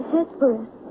Hesperus